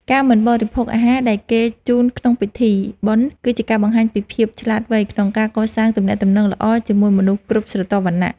ការមិនបដិសេធអាហារដែលគេជូនក្នុងពិធីបុណ្យ គឺជាការបង្ហាញពីភាពឆ្លាតវៃក្នុងការកសាងទំនាក់ទំនងល្អជាមួយមនុស្សគ្រប់ស្រទាប់វណ្ណៈ។